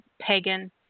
pagan